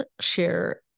share